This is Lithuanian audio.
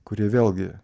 kurie vėlgi